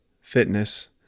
fitness